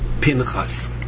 Pinchas